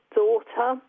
daughter